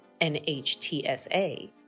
NHTSA